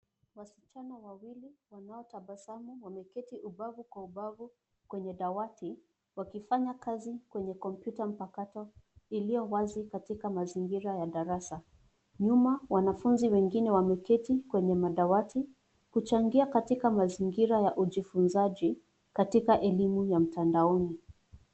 Wasichana wawili wanaotabasamu wameketi ubavu kwa ubavu kwenye dawati, wakifanya kazi kwenye kompyuta mpakato, iliyo wazi katika mazingira ya darasa. Nyuma, wanafunzi wengine wameketi kwenye madawati, kuchangia katika mazingira ya ujifunzaji, katika elimu ya mtandaoni.